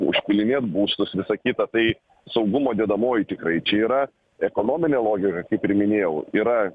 užpylinėt būstus visa kita tai saugumo dedamoji tikrai čia yra ekonominė logika kaip ir minėjau yra